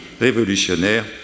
révolutionnaire